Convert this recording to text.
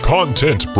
Content